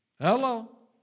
Hello